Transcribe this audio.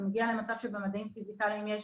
זה מגיע למצב שבמדעים פיזיקליים יש